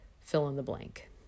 fill-in-the-blank